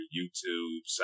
YouTube